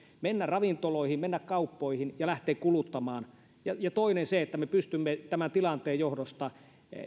mennä ravintoloihin mennä kauppoihin ja lähteä kuluttamaan ja ja toinen se että me pystymme tämän tilanteen johdosta